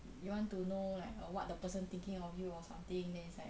you want to know like or what the person thinking of you or something then it's like